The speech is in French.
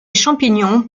champignons